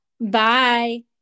bye